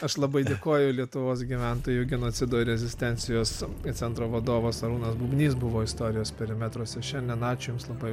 aš labai dėkoju lietuvos gyventojų genocido ir rezistencijos centro vadovas arūnas bubnys buvo istorijos perimetruose šiandien ačiū jums labai